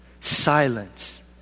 Silence